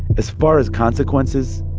as far as consequences.